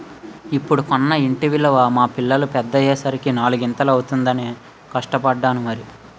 ఇప్పుడు కొన్న ఇంటి విలువ మా పిల్లలు పెద్దయ్యే సరికి నాలిగింతలు అవుతుందనే కష్టపడ్డాను మరి